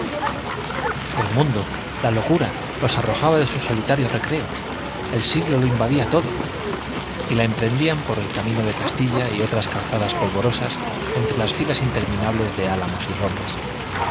el mundo la locura los arrojaba de su solitario recreo el siglo lo invadía todo y la emprendían por el camino de castilla y otras calzadas polvorosas entre las filas interminables de álamos y robles